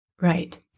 Right